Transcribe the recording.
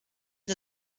der